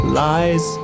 lies